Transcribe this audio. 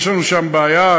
יש לנו שם בעיה,